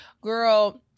Girl